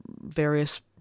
various